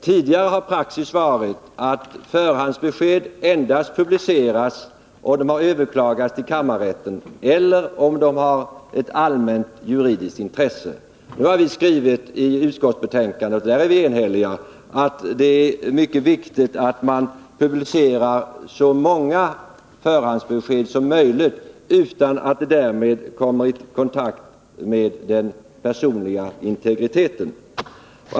Tidigare har praxis varit att förhandsbesked endast publiceras om de överklagats till kammarrätten eller om de har ett allmänt juridiskt intresse. Nu har vi skrivit i utskottsbetänkandet — och på den punkten är utskottet enhälligt — att det är mycket viktigt att man publicerar så många förhandsbesked som möjligt utan att det därmed kommer i konflikt med den personliga integriteten.